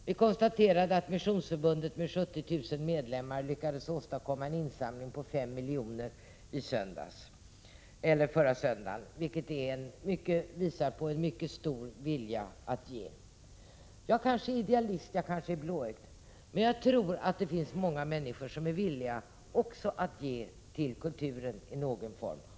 Vi konstaterade att Missionsförbundet med 70 000 medlemmar lyckades åstadkomma en insamling på 5 milj.kr. förra söndagen, vilket visar på en mycket stor vilja att ge. Jag kanske är idealist, jag kanske är blåögd — men jag tror att det finns många människor som är villiga att ge också till kultur i någon form.